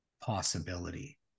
possibility